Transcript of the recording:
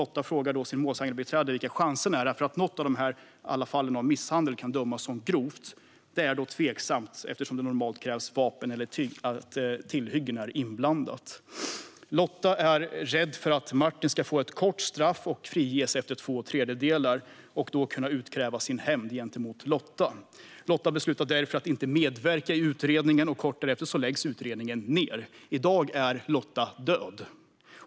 Lotta frågar sitt målsägandebiträde vilka chanserna är att något av alla fallen av misshandel kan bedömas som grovt. Detta är tveksamt eftersom det normalt krävs att vapen eller tillhyggen är inblandade. Lotta är rädd för att Martin ska få ett kort straff och friges efter två tredjedelar av tiden och då kunna utkräva sin hämnd. Lotta beslutar därför att inte medverka i utredningen, och kort därefter läggs utredningen ned. I dag är Lotta död.